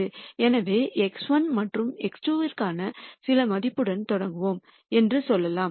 எனவே x1 மற்றும் x2 க்கான சில மதிப்புடன் தொடங்குவோம் என்று சொல்லலாம்